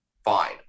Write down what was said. fine